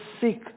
sick